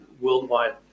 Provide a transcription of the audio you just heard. worldwide